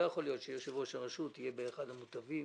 לא יכול להיות שיושב-ראש הרשות יהיה באחד המוטבים.